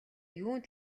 юунд